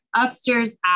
upstairs